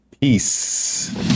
Peace